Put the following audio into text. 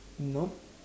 nope